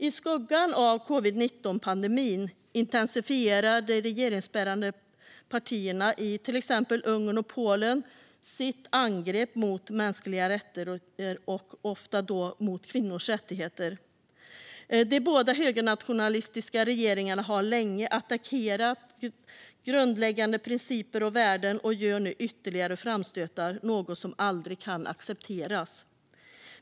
I skuggan av covid-19-pandemin intensifierar de regeringsbärande partierna i till exempel Ungern och Polen sina angrepp mot mänskliga rättigheter, ofta kvinnors rättigheter. De båda högernationalistiska regeringarna har länge attackerat grundläggande principer och värden och gör nu ytterligare framstötar, något som aldrig kan accepteras.